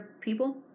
people